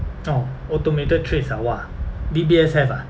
orh automated trades ah !wah! D_B_S have ah